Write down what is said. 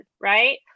right